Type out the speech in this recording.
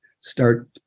start